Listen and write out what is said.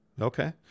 Okay